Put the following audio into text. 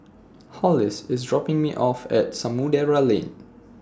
Hollis IS dropping Me off At Samudera Lane